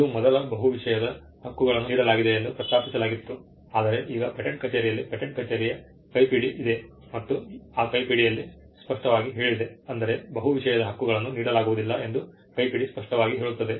ಇದು ಮೊದಲು ಬಹು ವಿಷಯದ ಹಕ್ಕುಗಳನ್ನು ನೀಡಲಾಗಿದೆಯೆಂದು ಪ್ರಸ್ತಾಪಿಸಲಾಗಿತ್ತು ಆದರೆ ಈಗ ಪೇಟೆಂಟ್ ಕಚೇರಿಯಲ್ಲಿ ಪೇಟೆಂಟ್ ಕಚೇರಿಯ ಕೈಪಿಡಿ ಇದೆ ಮತ್ತು ಆ ಕೈಪಿಡಿಯಲ್ಲಿ ಸ್ಪಷ್ಟವಾಗಿ ಹೇಳಿದೆ ಅಂದರೆ ಬಹು ವಿಷಯದ ಹಕ್ಕುಗಳನ್ನು ನೀಡಲಾಗುವುದಿಲ್ಲ ಎಂದು ಕೈಪಿಡಿ ಸ್ಪಷ್ಟವಾಗಿ ಹೇಳುತ್ತದೆ